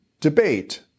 debate